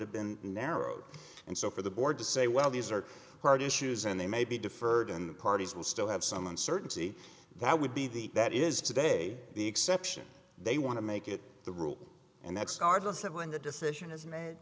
have been narrowed and so for the board to say well these are hard issues and they may be deferred and the parties will still have some uncertainty that would be the that is today the exception they want to make it the rule and that's arduous when the decision is made